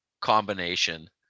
combination